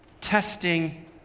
testing